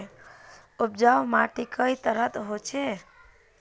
उपजाऊ माटी कई तरहेर होचए?